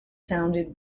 sounded